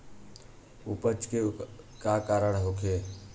अपच के कारण का होखे?